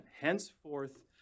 henceforth